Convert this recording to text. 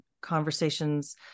conversations